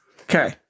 Okay